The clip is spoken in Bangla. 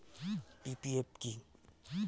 পি.পি.এফ কি?